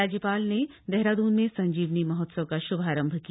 राज्यपाल ने देहरादून में संजीवनी महाप्त्सव का श्भारंभ किया